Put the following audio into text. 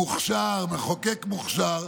מוכשר, מחוקק מוכשר,